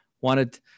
Wanted